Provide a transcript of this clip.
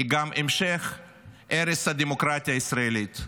היא גם המשך הרס הדמוקרטיה הישראלית,